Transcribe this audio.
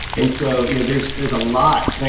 and so you know there's there's a lot.